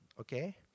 okay